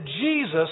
Jesus